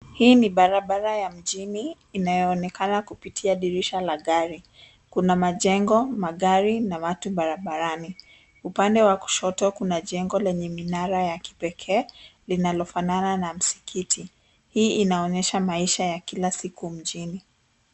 Hii ni barabara ya mjini inayoonekana kupitia dirisha la gari. Kuna majengo, magari na watu barabarani. Upande wa kushoto kuna jengo lenye mnara wa kipekee linalofanana na msikiti. Hii inaonyesha maisha ya kila siku mjini.